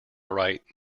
right